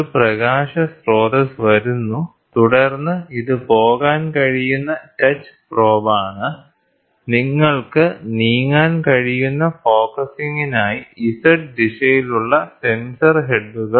ഒരു പ്രകാശ സ്രോതസ്സ് വരുന്നു തുടർന്ന് ഇത് പോകാൻ കഴിയുന്ന ടച്ച് പ്രോബാണ് നിങ്ങൾക്ക് നീങ്ങാൻ കഴിയുന്ന ഫോക്കസിംഗിനായി Z ദിശയിലുള്ള സെൻസർ ഹെഡുകൾ